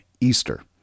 Easter